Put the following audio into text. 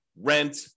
rent